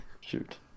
Shoot